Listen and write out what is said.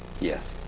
Yes